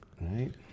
right